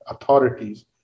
authorities